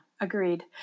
Agreed